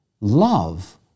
love